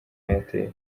airtel